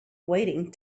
waiting